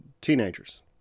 teenagers